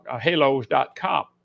halos.com